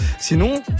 Sinon